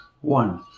one